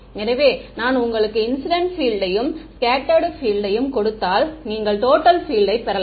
எனவே நான் உங்களுக்கு இன்சிடென்ட் பீல்டையும் ஸ்கெட்ட்டர்டு பீல்டையும் கொடுத்தால் நீங்கள் டோட்டல் பீல்டை பெறலாம்